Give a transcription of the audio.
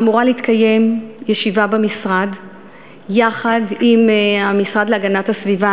אמורה להתקיים ישיבה במשרד יחד עם המשרד להגנת הסביבה.